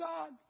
God